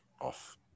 off